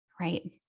Right